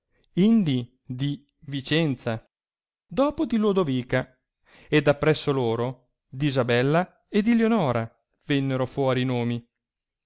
indi di vicenza dopo di lodovica ed appresso loro d isabella e di lionora vennero fuori i nomi